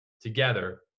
together